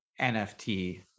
NFT